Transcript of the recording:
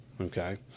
okay